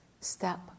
step